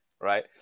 right